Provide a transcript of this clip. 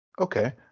Okay